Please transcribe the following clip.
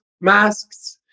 masks